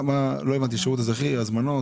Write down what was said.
לא הבנתי שירות אזרחי, הזמנות